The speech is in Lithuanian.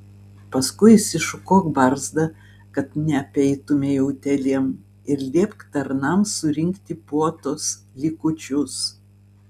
paskui išsišukuok barzdą kad neapeitumei utėlėm ir liepk tarnams surinkti puotos likučius